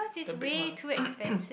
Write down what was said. the big one